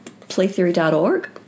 playtheory.org